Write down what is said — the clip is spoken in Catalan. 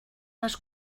les